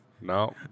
No